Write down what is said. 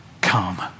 Come